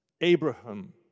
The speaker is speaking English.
Abraham